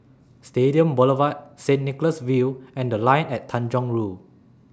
Stadium Boulevard Saint Nicholas View and The Line At Tanjong Rhu